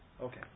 Okay